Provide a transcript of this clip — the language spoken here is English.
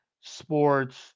sports